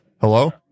hello